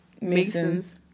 mason's